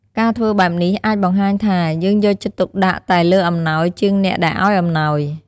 ការធ្វើបែបនេះអាចបង្ហាញថា យើងយកចិត្តទុកដាក់តែលើអំណោយជាងអ្នកដែលឲ្យអំណោយ។